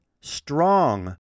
strong